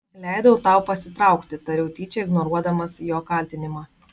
leidau tau pasitraukti tariau tyčia ignoruodamas jo kaltinimą